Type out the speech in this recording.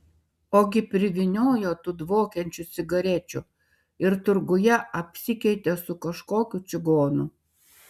ogi privyniojo tų dvokiančių cigarečių ir turguje apsikeitė su kažkokiu čigonu